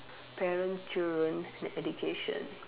parent children and education